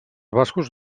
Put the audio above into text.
bascos